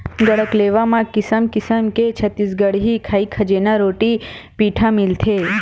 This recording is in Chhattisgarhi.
गढ़कलेवा म किसम किसम के छत्तीसगढ़ी खई खजेना, रोटी पिठा मिलथे